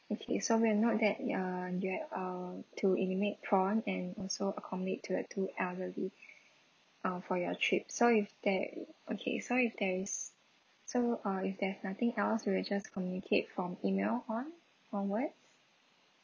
okay so we have note that uh you have um to eliminate prawn and also accommodate to a two elderly uh for your trip so if there okay so if there is so uh if there's nothing else we'll just communicate from email on~ onwards